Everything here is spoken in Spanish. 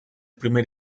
primer